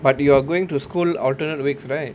but you are going to school alternate weeks right